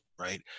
right